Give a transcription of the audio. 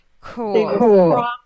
Cool